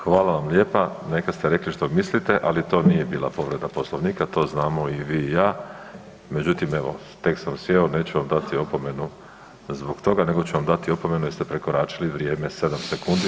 Hvala vam lijepa, neka ste rekli što mislite, ali to nije bila povreda Poslovnika, to znamo i vi i ja, međutim evo tek sam sjeo neću vam dati opomenu zbog toga nego ću vam dati opomenu jer ste prekoračili vrijeme 7 sekundi.